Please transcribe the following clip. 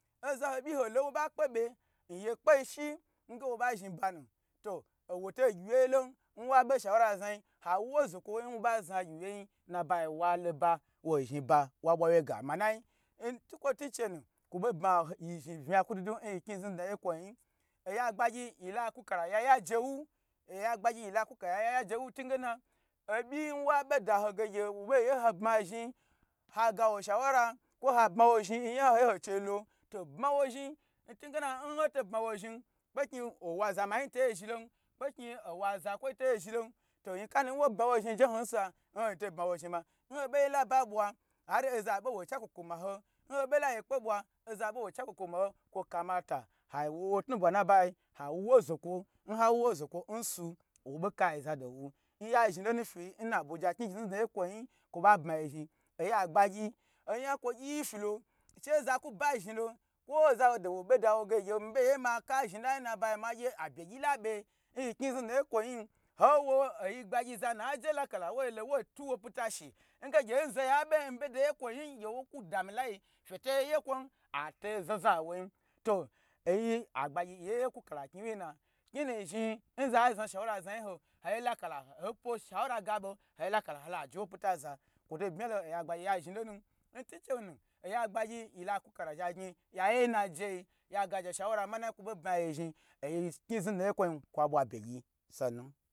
Ozaho ɓyi ho lo nwo ɓa kpe ɓe n yekpei shi, nge wo ɓa zhni ɓanu, to owo-woto ngyiwyei lon, nwa ɓe shaura znanyi, hawu wo zokw nwoɓa zna gyiwye nyi nnabayi loba, woi zhni ba, wa ɓwa wyega manai, n twukwo twun chenu, kwo ɓo bma no yi zhni unya gwudwudu n yi knyi znidnaye n kwo nyi. Oya gbagyi yi la kwuka ya ya je wu-aya gbagyi yi la kwuka ya yaje wu ntwukwo twun gena, oɓyin wa ɓe da ho ge, ye wo ɓo ye ho bmazhni, ha gawa shaura, kwo ha bma wo zhni, n nya hoin ho che lo, to bma wo zhni n twu n gena nho to bma wo zhnin, kpeknyi owa zamayi to zhilon, kpeknyi owa zakwoi to zhi lon, to nyika nu n wo bma w zhni njen nsa, n to to bmawo zhni ma. N ho ɓei laba ɓwa, har oza ɓe wo che a kwokwo ma ho, nho ɓo la yekpe ɓwa, oza ɓe wo che akwo kwo ma ho, kwo kamata ha wo wo wo tnu bwa n nabayi, ha wu wo zokwo n ha wu wo zokwo n su, wo ɓo kai zado wu. N ya zhni to nu fyin na abuja knyi znidna ye n kwo nyi kwo ɓa bma yi zhni. Oyi agbagyi onya n kwo gyi-i fyilo, she za kwu ba zhnilo, kwo ozado wo ɓe dawo ge gye miɓo ye ma ka zhni lai n nabayi ma gye abyegyi laɓe, n yi knyi znidna ye n kwo nyi, ho wo oyi gbagyi zan a je lakala, wo lo wo twuwo pita shi, nge gye nzaye haɓe, nɓodaye n kwo nyi-i, gye wo kwu da mi lai fye to ye kwon, a to znazna n woin, to oyi agbagyi, yi ye ye kwu kala n knyi wyi-i na, knyi nu-zhni nza zna shaura znai n ho, ho lakala, ho pwo shaura gaɓo, ho lakala halo haje wo pitaza, kwo to bmyalo oya gbagyi ya zhni lonu, n twu n che nu oya gbagyi yila kwu kala zha gnyi, ya ye n naje i, ya gaje shaura mana i n kwo ɓo bma yi zhni-i, oyi knyi znidna ye n kwo nyi kwa ɓwa abye gyi sannu.